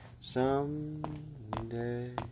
Someday